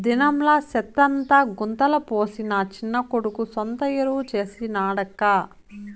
దినంలా సెత్తంతా గుంతల పోసి నా చిన్న కొడుకు సొంత ఎరువు చేసి నాడక్కా